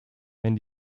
wenn